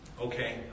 Okay